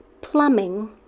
Plumbing